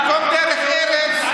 במקום דרך ארץ,